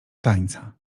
tańca